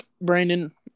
Brandon